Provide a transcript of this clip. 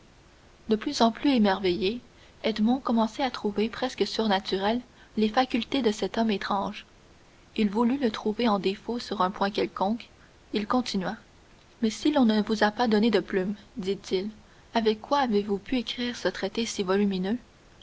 de plus en plus émerveillé edmond commençait à trouver presque surnaturelles les facultés de cet homme étrange il voulut le trouver en défaut sur un point quelconque il continua mais si l'on ne vous a pas donné de plumes dit-il avec quoi avez-vous pu écrire ce traité si volumineux